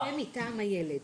מלווה מטעם הילד.